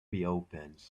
reopens